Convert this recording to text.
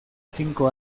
cinco